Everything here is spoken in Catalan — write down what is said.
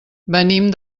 venim